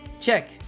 Check